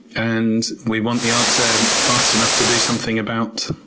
and we want the answer fast enough to do something about,